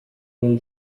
may